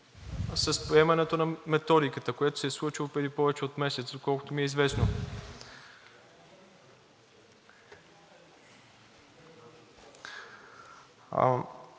с приемането на методиката, което се е случило преди повече от месец, доколкото ми е известно.